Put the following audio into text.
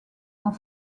dans